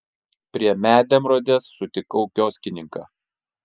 prie medemrodės sutikau kioskininką